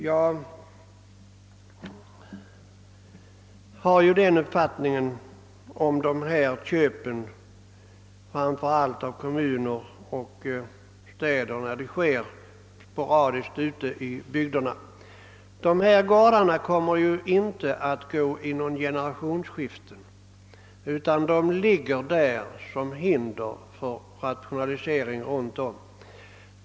Jag har den uppfattningen om dessa köp ute i bygderna att gårdarna inte kommer att vara med om några generationsskiften. De ligger som hinder för den rationalisering som bör ske runt omkring.